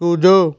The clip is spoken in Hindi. कूदो